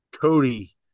cody